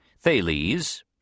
Thales